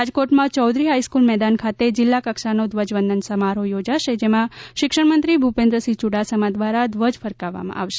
રાજકોટમાં ચૌધરી હાઇસ્કુલ મેદાન ખાતે જિલ્લા કક્ષાનો ધ્વજવંદન સમારોહ યોજાશે જેમાં શિક્ષણ મંત્રી ભુપેન્દ્રસિંહ યુડાસમા દ્વારા ધ્વજ ફરકાવવામાં આવશે